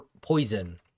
poison